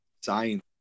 science